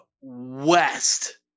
West